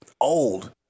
old